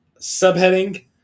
Subheading